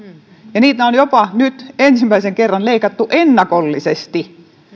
ja niitä on jopa nyt ensimmäisen kerran leikattu ennakollisesti